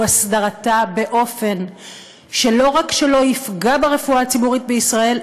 והוא הסדרתה באופן שלא רק שלא יפגע ברפואה הציבורית בישראל,